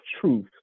truth